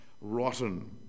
Rotten